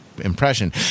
impression